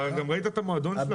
גם ראית את המועדון שלה,